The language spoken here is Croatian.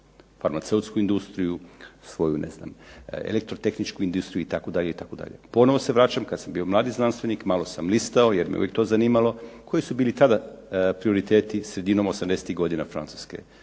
farmaceutsku industriju, svoju elektrotehničku industriju itd. Ponovno se vraćam kada sam bio mladi znanstvenik malo sam listao jer me to uvijek to zanimalo, koji su bili tada prioriteti sredinom osamdesetih godina Francuske.